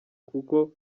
kuko